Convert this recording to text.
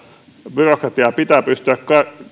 byrokratiaa pitää pystyä